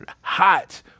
hot